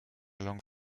langue